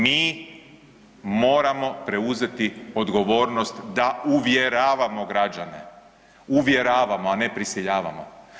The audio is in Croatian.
Mi moramo preuzeti odgovornost da uvjeravamo građane, uvjeravamo, a ne prisiljavamo.